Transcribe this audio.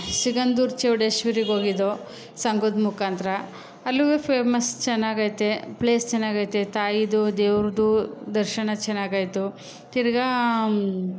ಸಿಗಂಧೂರು ಚೌಡೇಶ್ವರಿಗೆ ಹೋಗಿದ್ದೋ ಸಂಘದ ಮುಖಾಂತರ ಅಲ್ಲಿಗೂ ಫೇಮಸ್ ಚೆನ್ನಾಗೈತೆ ಪ್ಲೇಸ್ ಚೆನ್ನಾಗೈತೆ ತಾಯಿದು ದೇವ್ರದ್ದು ದರ್ಶನ ಚೆನ್ನಾಗಾಯಿತು ತಿರುಗ